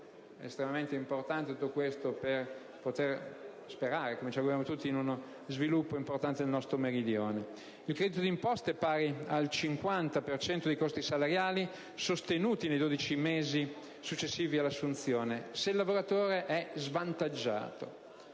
Il credito d'imposta è pari al 50 per cento dei costi salariali, sostenuti nei 12 mesi successivi all'assunzione, se il lavoratore è svantaggiato.